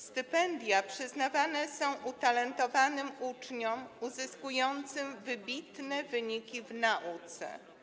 Stypendia przyznawane są utalentowanym uczniom, uzyskującym wybitne wyniki w nauce.